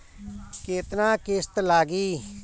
केतना किस्त लागी?